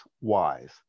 wise